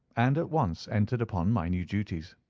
and at once entered upon my new duties.